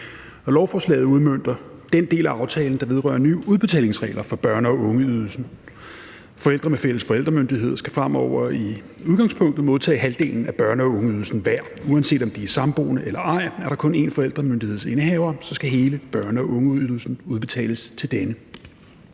og lovforslaget udmønter den del af aftalen, der vedrører nye udbetalingsregler for børne- og ungeydelsen. Forældre med fælles forældremyndighed skal fremover i udgangspunktet modtage halvdelen af børne- og ungeydelsen hver, uanset om de er samboende eller ej. Er der kun én forældermyndighedsindehaver, skal hele børne- og ungeydelsen udbetales til denne.